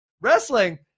Wrestling